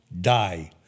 die